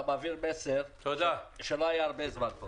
אתה מעביר מסר שלא היה פה הרבה זמן.